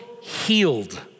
healed